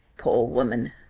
poor woman,